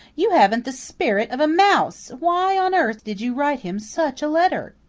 you haven't the spirit of a mouse! why on earth did you write him such a letter?